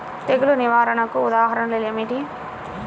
తెగులు నిర్వహణకు ఉదాహరణలు ఏమిటి?